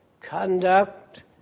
conduct